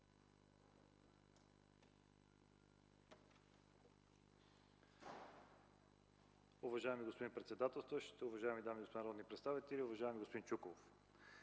Уважаеми господин председателстващ, дами и господа народни представители, уважаеми господин Иванов!